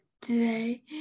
today